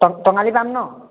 টঙালি পাম ন'